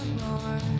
more